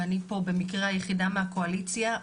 ואני פה במקרה היחידה מהקואליציה.